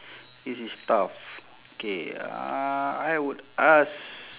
this is tough K uh I would ask